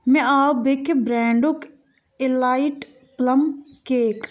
مےٚ آو بیٚکہِ برٛینٛڈُک اِلایٹ پٕلم کیک